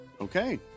Okay